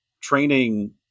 training